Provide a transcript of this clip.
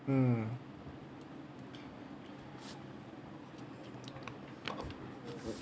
mm